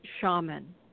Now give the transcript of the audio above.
shaman